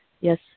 Yes